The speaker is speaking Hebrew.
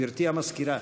גברתי המזכירה.